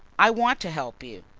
i want to help you.